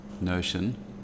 notion